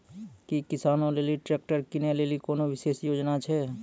कि किसानो लेली ट्रैक्टर किनै लेली कोनो विशेष योजना छै?